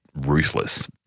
ruthless